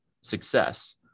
success